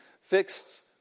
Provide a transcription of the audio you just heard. fixed